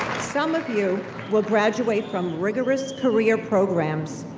some of you will graduate from rigorous career programs,